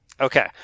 Okay